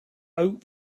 oat